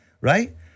right